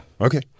Okay